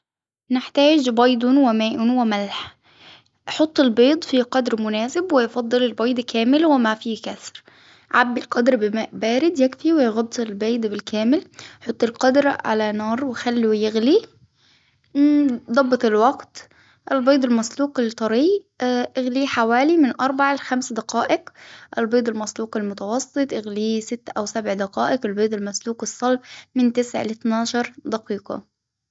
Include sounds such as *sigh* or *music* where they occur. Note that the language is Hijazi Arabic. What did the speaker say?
نحتاج بيض وماء وملح، حط البيض في قدر مناسب ويفضل البيض كامل وما فيه كسر، عبي القدر بماء بارد يكفي ويغطى البيض بالكامل. يحط القدر على نار وخله يغلي. *hesitation* ظبط الوقت البيض المسلوق الطري *hesitation* أغليه حوالي من أربع لخمس دقائق، البيض المسلوق المتوسط إغليه ست أو سبع دقائق، البيض المسلوق الصلب من تسع لاثني عشر دقيقة.